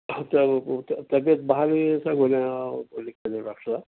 آں طبیعت بہال ہوئی ہے کیا بولیں لکھ کے دو ڈاکٹر صاحب